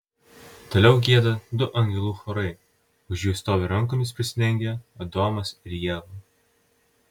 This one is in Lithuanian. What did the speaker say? toliau gieda du angelų chorai už jų stovi rankomis prisidengę adomas ir ieva